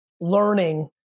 learning